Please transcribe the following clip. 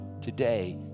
Today